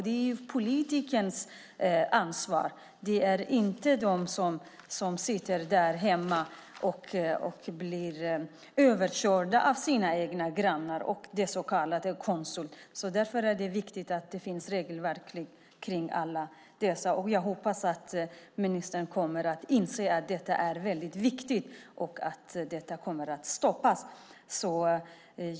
Det är politikens ansvar. Det är inte de som sitter hemma och blir överkörda av sina egna grannar och den så kallade konsulten. Därför är det viktigt att det finns regelverk kring allt detta. Jag hoppas att ministern kommer att inse att detta är väldigt viktigt och att detta kommer att stoppas.